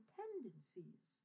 tendencies